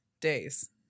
days